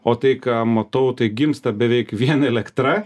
o tai ką matau tai gimsta beveik vien elektra